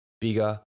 bigger